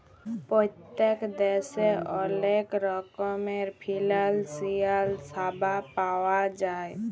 পত্তেক দ্যাশে অলেক রকমের ফিলালসিয়াল স্যাবা পাউয়া যায়